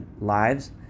lives